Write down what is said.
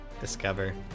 discover